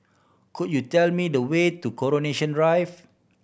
could you tell me the way to Coronation Drive